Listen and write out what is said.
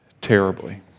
terribly